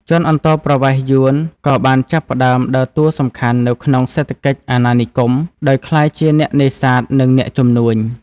ជនអន្តោប្រវេសន៍យួនក៏បានចាប់ផ្តើមដើរតួសំខាន់នៅក្នុងសេដ្ឋកិច្ចអាណានិគម ដោយក្លាយជាអ្នកនេសាទ និងអ្នកជំនួញ ។